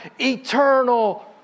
eternal